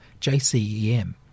JCEM